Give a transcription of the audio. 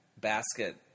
basket